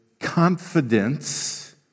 Confidence